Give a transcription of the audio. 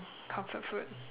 comfort food